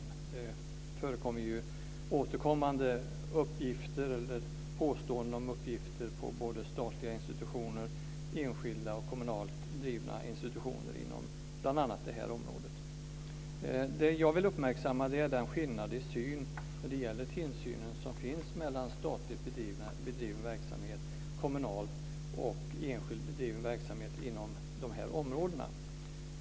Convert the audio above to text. Det förekommer ju återkommande uppgifter eller påståenden om uppgifter på både statliga institutioner, enskilda institutioner och kommunalt drivna institutioner inom bl.a. det här området. Det jag ville uppmärksamma är den skillnad i syn vad gäller tillsynen som finns mellan statligt bedriven verksamhet, kommunalt bedriven verksamhet och enskilt bedriven verksamhet inom de här områdena.